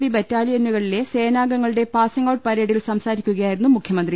P ബറ്റാലിയനുകളിലെ സേനാംഗങ്ങളുടെ passing out പരേ ഡിൽ സംസാരിക്കുകയായിരുന്നു മുഖ്യമന്ത്രി